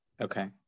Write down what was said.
Okay